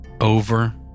over